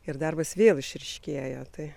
ir darbas vėl išryškėja tai